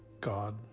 God